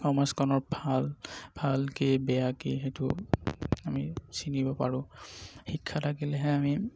সমাজখনৰ ভাল ভাল কি বেয়া কি সেইটো আমি চিনিব পাৰোঁ শিক্ষা থাকিলেহে আমি